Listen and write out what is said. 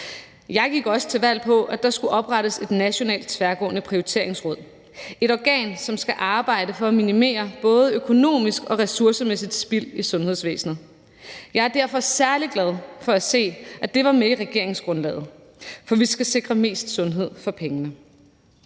Jeg gik også til valg på, at der skulle oprettes et nationalt tværgående prioriteringsråd – et organ, som skal arbejde for at minimere både økonomisk og ressourcemæssigt spild i sundhedsvæsenet. Jeg er derfor særlig glad for at se, at det var med i regeringsgrundlaget. For vi skal sikre mest sundhed for pengene.